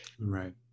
Right